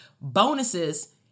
bonuses